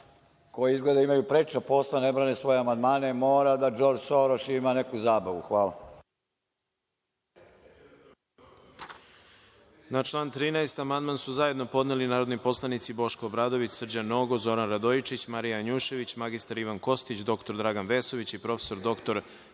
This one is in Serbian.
koji, izgleda, imaju preča posla i ne brane svoje amandmane, mora da DŽordž Soroš ima neku zabavu. Hvala.